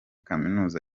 kaminuza